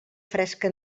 fresca